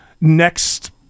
next